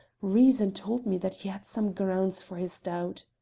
reason told me that he had some grounds for his doubt.